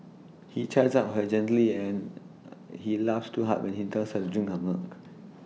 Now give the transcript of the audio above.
he chides her gently and he laughs too hard when he tells her to drink her milk